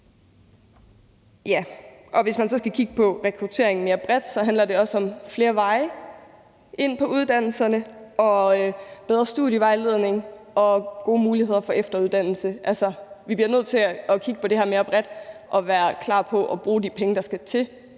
Hvis man så skal kigge på rekrutteringen bredt, handler det også om flere veje ind på uddannelserne og bedre studievejledning og gode muligheder for efteruddannelse. Vi bliver nødt til at kigge på det her mere bredt og være klar på at bruge de penge, der skal til